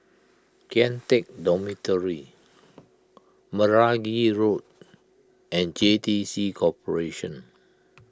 Kian Teck Dormitory Meragi Road and J T C Corporation